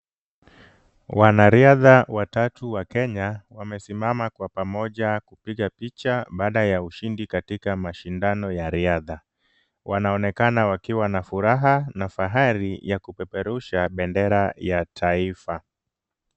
Wanariadha watatu wa Kenya wamesimama kwa pamoja kupiga picha baada ya ushindi katika mashindano ya riadha. Wanaonekana wakiwa na furaha na fahari ya kupeperusha bendera ya taifa.